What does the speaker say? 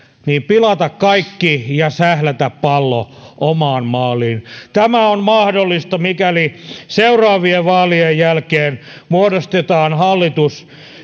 pilata kaikki ja sählätä pallo omaan maaliin tämä on mahdollista mikäli seuraavien vaalien jälkeen muodostetaan hallitus